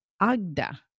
Agda